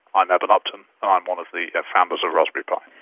i'm eben upton, i'm one of the founders of raspberry pi.